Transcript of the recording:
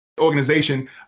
Organization